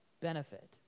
benefit